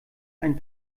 einen